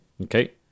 Okay